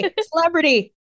celebrity